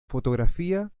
fotografía